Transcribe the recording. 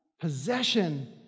possession